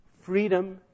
Freedom